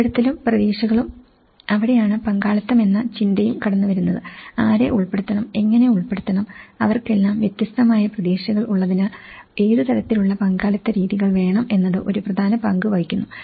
ഉൾപ്പെടുത്തലും പ്രതീക്ഷകളും അവിടെയാണ് പങ്കാളിത്തം എന്ന ചിന്തയും കടന്നു വരുന്നത് ആരെ ഉൾപ്പെടുത്തണം എങ്ങനെ ഉൾപ്പെടുത്തണം അവർക്കെല്ലാം വ്യത്യസ്തമായ പ്രതീക്ഷകൾ ഉള്ളതിനാൽ ഏതു തരത്തിലു ള്ള പങ്കാളിത്തരീതികൾ വേണം എന്നത് ഒരു പ്രധാന പങ്ക് വഹിക്കുന്നു